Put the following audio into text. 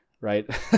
right